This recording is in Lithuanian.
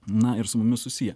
na ir su mumis susiję